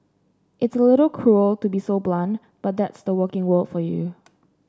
it's a little cruel to be so blunt but that's the working world for you